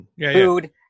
food